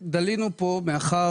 אותי במחיר הגיוני.